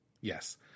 Yes